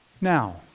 Now